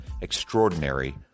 extraordinary